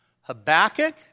Habakkuk